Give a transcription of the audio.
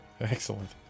Excellent